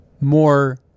more